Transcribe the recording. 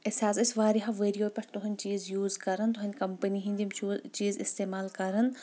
أسۍ حظ أسۍ واریاہو ؤرۍ یو پٮ۪ٹھ تُۂنٛدۍ چیٖز یوٗز کران تُۂنٛد کمپنی ۂنٛدۍ یِم چوٗز چیٖز اِستِمال کران